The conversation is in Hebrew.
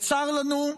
וצר לנו,